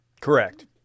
Correct